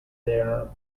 there